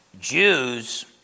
Jews